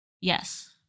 Yes